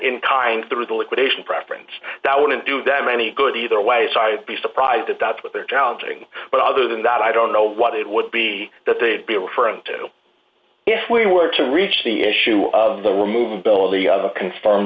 kind through the liquidation preference that wouldn't do them any good either way so i be surprised that that's what they're touting but other than that i don't know what it would be that they would be referring to if we were to reach the issue of the removal of the conform